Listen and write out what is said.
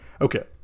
okay